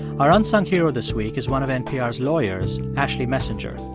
our unsung hero this week is one of npr's lawyers, ashley messenger.